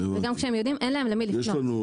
וגם כשהם יודעים, אין להם למי לפנות.